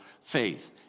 faith